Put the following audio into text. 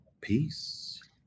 Peace